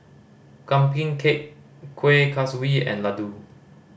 cake Kueh Kaswi and laddu